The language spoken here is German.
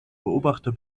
beobachter